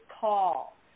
call